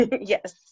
Yes